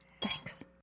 Thanks